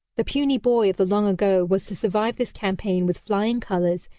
the puny boy of the long ago was to survive this campaign with flying colors,